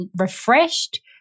refreshed